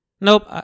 Nope